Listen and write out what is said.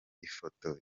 ifoto